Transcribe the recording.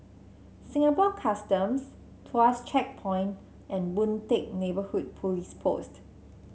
Singapore Customs Tuas Checkpoint and Boon Teck Neighbourhood Police Post